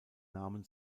namen